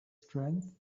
strength